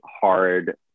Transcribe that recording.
hard